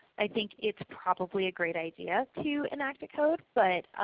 i think it's probably a great idea to enact a code, but